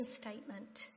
statement